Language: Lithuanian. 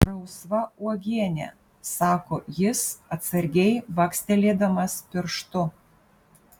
rausva uogienė sako jis atsargiai bakstelėdamas pirštu